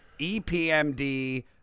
EPMD